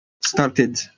Started